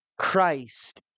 Christ